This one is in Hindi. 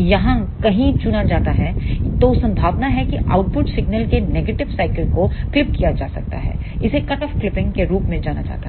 यहां कहीं चुना जाता है तो संभावना है कि आउटपुट सिग्नल के नेगेटिव साइकिल को क्लिप किया जा सकता है इसे कटऑफ क्लिपिंग के रूप में जाना जाता है